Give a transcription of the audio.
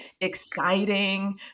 exciting